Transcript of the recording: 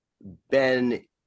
Ben